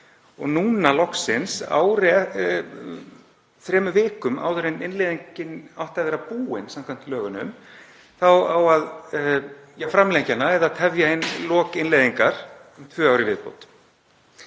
Og núna loksins, þremur vikum áður en innleiðingin átti að vera búin samkvæmt lögunum, þá á að framlengja hana eða tefja lok innleiðingar um tvö ár í viðbót.